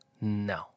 No